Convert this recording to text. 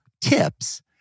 tips